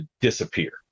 disappear